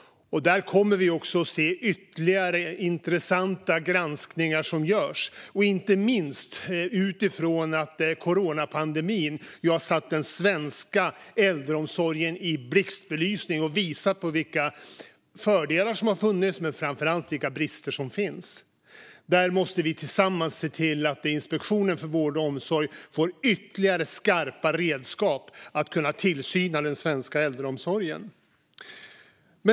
Där kommer vi också att se ytterligare intressanta granskningar göras, inte minst att coronapandemin har satt den svenska äldreomsorgen i blixtbelysning och visat vilka fördelar som har funnits och framför allt vilka brister som finns. Där måste vi tillsammans se till att Inspektionen för vård och omsorg får ytterligare skarpa redskap att utöva tillsyn över den svenska äldreomsorgen.